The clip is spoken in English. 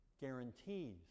Guarantees